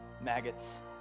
maggots